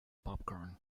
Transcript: popcorn